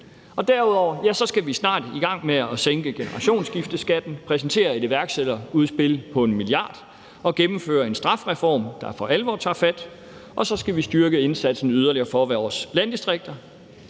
Derudover skal vi snart i gang med at sænke generationsskifteskatten, præsentere et iværksætterudspil på 1 mia. kr. og gennemføre en strafreform, der for alvor tager fat, og så skal vi styrke indsatsen yderligere for vores landdistrikter